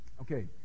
okay